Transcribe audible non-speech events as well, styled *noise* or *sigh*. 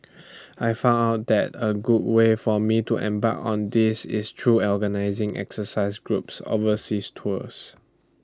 *noise* I found out that A good way for me to embark on this is through organising exercise groups overseas tours